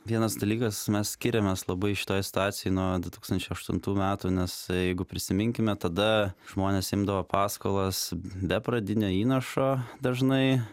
vienas dalykas mes skiriamės labai šitoje situacijoj nuo du tūkstančiai aštuntu metų nes jeigu prisiminkime tada žmonės imdavo paskolas be pradinio įnašo dažnai